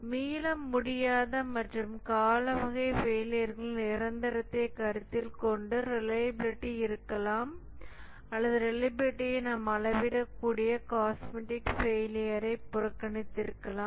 மீளமுடியாத மற்றும் கால வகை ஃபெயிலியர்ன் நிரந்தரத்தை கருத்தில் கொண்டு ரிலையபிலிடி இருக்கலாம் அல்லது ரிலையபிலிடியை நாம் அளவிடக்கூடிய காஸ்மெட்டிக் ஃபெயிலியர்யை புறக்கணித்திருக்கலாம்